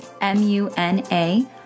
M-U-N-A